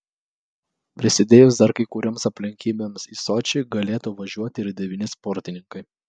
prisidėjus dar kai kurioms aplinkybėms į sočį galėtų važiuoti ir devyni sportininkai